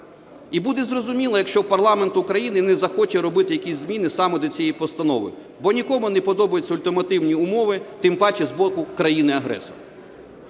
І буде зрозуміло, якщо парламент України не захоче робити якісь зміни саме до цієї постанови, бо нікому не подобаються ультимативні умови, тим паче з боку країни-агресора.